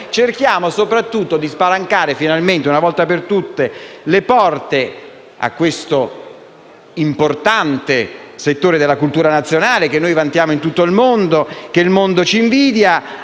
cerchiamo soprattutto di spalancare finalmente una volta per tutte le porte di questo importante settore della cultura nazionale, che noi vantiamo in tutto il mondo e che il mondo ci invidia,